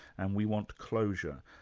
and we want closure.